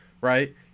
right